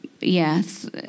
yes